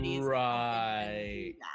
Right